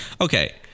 Okay